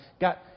got